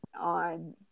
On